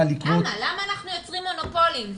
לקרות --- למה אנחנו יוצרים מונופולים?